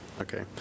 Okay